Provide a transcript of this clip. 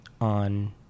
on